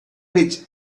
rich